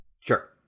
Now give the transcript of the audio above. sure